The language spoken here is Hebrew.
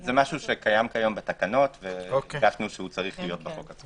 זה קיים כיום בתקנות והרגשנו שצריך להיות בחוק.